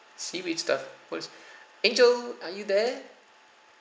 seaweed stuff what is angel are you there